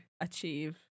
achieve